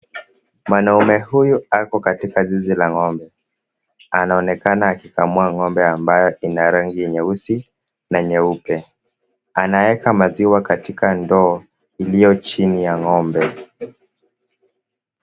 Mwanaumme huyu ako katika zizi la ng'ombe. Anaonekana akikamua ng'ombe ambaye ana rangi nyeusi na nyeupe anaeka maziwa katika ndoo iliyo chini ya ng'ombe.